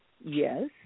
yes